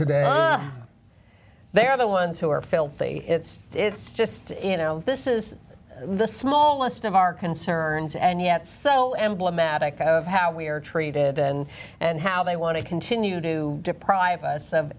today they are the ones who are filthy it's it's just you know this is the smallest of our concerns and yet so emblematic of how we are treated and and how they want to continue to deprive us